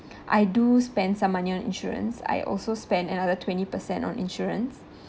I do spend some money on insurance I also spend another twenty percent on insurance